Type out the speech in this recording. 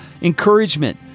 encouragement